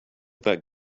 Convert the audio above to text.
that